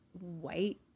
white